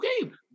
game